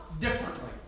differently